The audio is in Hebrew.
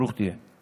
ברוך תהיה.